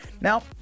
Now